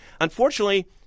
Unfortunately